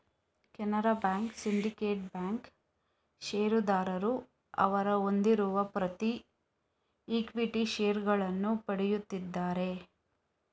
Canara Bank, Syndicate Bank ಷೇರುದಾರರು ಅವರು ಹೊಂದಿರುವ ಪ್ರತಿ ಈಕ್ವಿಟಿ ಷೇರುಗಳನ್ನು ಪಡೆಯುತ್ತಿದ್ದಾರೆ